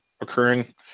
occurring